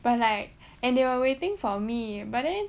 but like and they were waiting for me but then